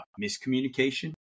miscommunication